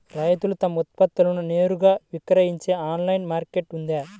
రైతులు తమ ఉత్పత్తులను నేరుగా విక్రయించే ఆన్లైను మార్కెట్ ఉందా?